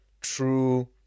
true